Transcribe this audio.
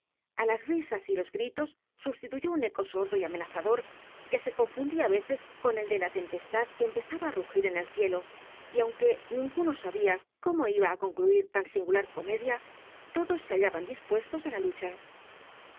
á las risas y los gritos substituyó un eco sordo y amenazador que se confundía á veces con el de la tempestad que empezaba á rugir en el cielo y aunque ninguno sabía cómo iba á concluir tan singular comedia todos se hallaban dispuestos á la lucha